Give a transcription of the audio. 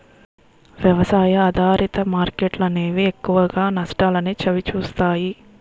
వ్యవసాయ ఆధారిత మార్కెట్లు అనేవి ఎక్కువగా నష్టాల్ని చవిచూస్తాయి